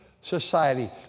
society